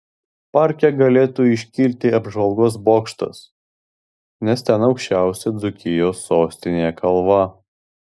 parke galėtų iškilti apžvalgos bokštas nes ten aukščiausia dzūkijos sostinėje kalva